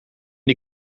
die